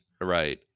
Right